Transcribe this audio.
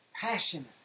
passionate